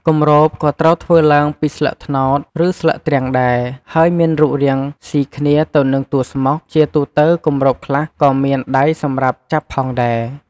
គម្របក៏ត្រូវធ្វើឡើងពីស្លឹកត្នោត ឬស្លឹកទ្រាំងដែរ ហើយមានរូបរាងស៊ីគ្នាទៅនឹងតួស្មុក ជាទូទៅគម្របខ្លះក៏មានដៃសម្រាប់ចាប់ផងដែរ។